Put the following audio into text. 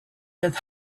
with